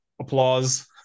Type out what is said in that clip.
applause